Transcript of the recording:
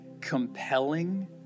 compelling